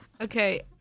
okay